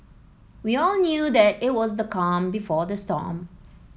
we all knew that it was the calm before the storm